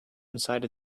inside